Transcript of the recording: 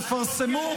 פרסמו.